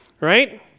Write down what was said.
Right